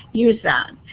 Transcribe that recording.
use that.